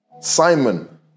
Simon